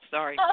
Sorry